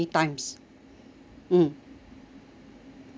mm